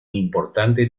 importante